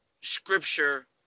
scripture